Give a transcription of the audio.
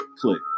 Click